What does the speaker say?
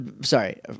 Sorry